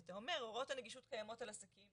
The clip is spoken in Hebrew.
אתה אומר הוראות הנגישות קיימות על עסקים